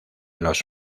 los